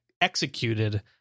executed